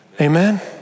Amen